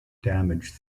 damaged